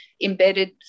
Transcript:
embedded